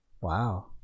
Wow